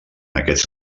aquests